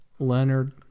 Leonard